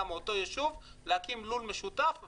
מאותו יישוב להקים לול משותף ביישוב.